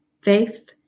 Faith